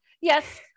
yes